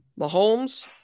Mahomes